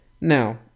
Now